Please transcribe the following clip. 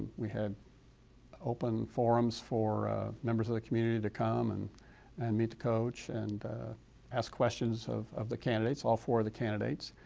we had open forums for members of the community to come and and meet the coach, and ask questions of of the candidates, all four of the candidates.